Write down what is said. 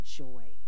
joy